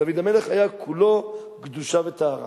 דוד המלך היה כולו קדושה וטהרה.